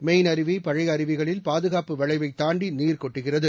main அருவி பழைய அருவிகளில் பாதுகாப்பு வளைவைத் தாண்டி நீர் கொட்டுகிறது